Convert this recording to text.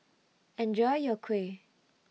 Enjoy your Kuih